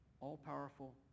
all-powerful